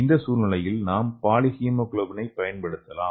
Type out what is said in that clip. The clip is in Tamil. இந்த சூழ்நிலையில் நாம் பாலி ஹீமோகுளோபின் பயன்படுத்தலாம்